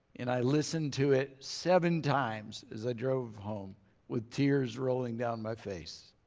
and i listened to it seven times as i drove home with tears rolling down my face.